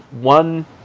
one